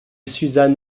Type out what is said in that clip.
suzanne